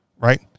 right